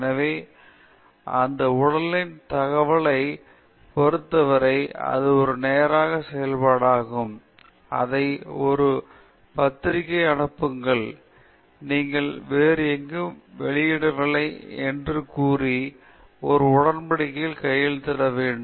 எனவே அந்த உடலின் தகவலை பொறுத்தவரை இது ஒரு நேர செயல்பாடாகும் அதை ஒரு பத்திரிக்கை க்கு அனுப்புங்கள் நீங்கள் வேறு எங்கும் வெளியிடவில்லை என்று கூறி ஒரு உடன்படிக்கையில் கையெழுத்திட வேண்டும்